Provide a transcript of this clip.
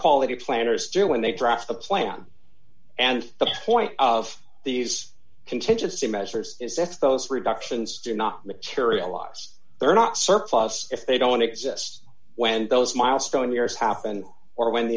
quality planners do when they draft the plan and the point of these contingency measures is if those reductions do not materialize they're not surplus if they don't exist when those milestone years happen or when